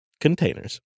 containers